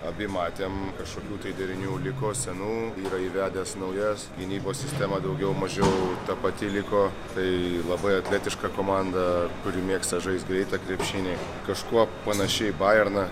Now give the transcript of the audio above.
abi matėm kažkokių tai derinių liko senų yra įvedęs naujas gynybos sistema daugiau mažiau ta pati liko tai labai atletiška komanda kuri mėgsta žaist greitą krepšinį kažkuo panaši į bajerną